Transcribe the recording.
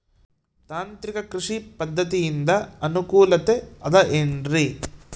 ತಾಂತ್ರಿಕ ಕೃಷಿ ಪದ್ಧತಿಯಿಂದ ಅನುಕೂಲತೆ ಅದ ಏನ್ರಿ?